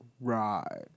Right